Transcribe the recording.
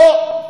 או: